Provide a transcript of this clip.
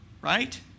right